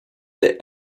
der